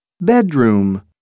bedroom